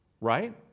Right